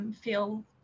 feel